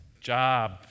Job